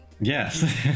yes